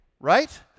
right